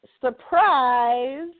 surprise